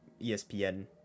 espn